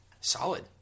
Solid